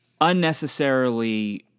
unnecessarily